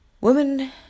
Women